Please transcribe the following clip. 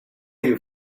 you